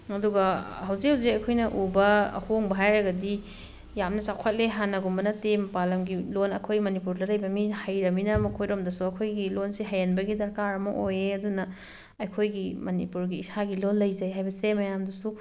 ꯑꯗꯨꯒ ꯍꯧꯖꯤꯛ ꯍꯧꯖꯤꯛ ꯑꯩꯈꯣꯏꯅ ꯎꯕ ꯑꯍꯣꯡꯕ ꯍꯥꯏꯔꯒꯗꯤ ꯌꯥꯝꯅ ꯆꯥꯎꯈꯠꯂꯦ ꯍꯥꯟꯅꯒꯨꯝꯕ ꯅꯠꯇꯦ ꯃꯄꯥꯟ ꯂꯝꯒꯤ ꯂꯣꯜ ꯑꯩꯈꯣꯏ ꯃꯅꯤꯄꯨꯔꯗ ꯂꯩꯕ ꯃꯤ ꯍꯩꯔꯃꯤꯅ ꯃꯈꯣꯏꯔꯣꯝꯗꯁꯨ ꯑꯩꯈꯣꯏꯒꯤ ꯂꯣꯜꯁꯦ ꯍꯩꯍꯟꯕꯒꯤ ꯗꯔꯀꯥꯔ ꯑꯃ ꯑꯣꯏꯌꯦ ꯑꯗꯨꯅ ꯑꯩꯈꯣꯏꯒꯤ ꯃꯅꯤꯄꯨꯔꯒꯤ ꯏꯁꯥꯒꯤ ꯂꯣꯜ ꯂꯩꯖꯩ ꯍꯥꯏꯕꯁꯦ ꯃꯌꯥꯝꯗꯁꯨ